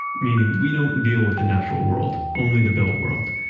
meaning, we don't deal with the natural world. only the built world.